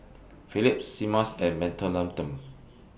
Phillips Simmons and Mentholatum